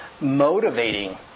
motivating